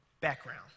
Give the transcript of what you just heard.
background